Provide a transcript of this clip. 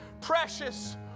precious